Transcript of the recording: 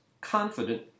confident